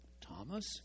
Thomas